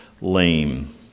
lame